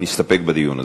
נסתפק בדיון הזה.